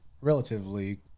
relatively